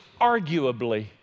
arguably